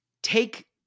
Take